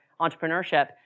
entrepreneurship